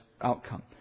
outcome